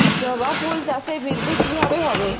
জবা ফুল চাষে বৃদ্ধি কিভাবে হবে?